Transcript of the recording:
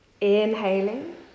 Inhaling